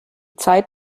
zeit